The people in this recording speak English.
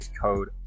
code